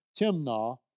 Timnah